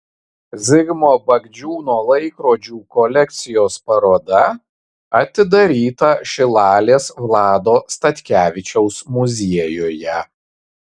zigmo bagdžiūno laikrodžių kolekcijos paroda atidaryta šilalės vlado statkevičiaus muziejuje